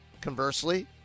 Conversely